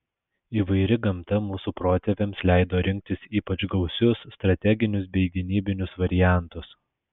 įvairi gamta mūsų protėviams leido rinktis ypač gausius strateginius bei gynybinius variantus